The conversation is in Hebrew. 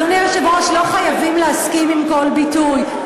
אדוני היושב-ראש, לא חייבים להסכים לכל ביטוי.